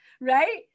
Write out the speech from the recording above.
Right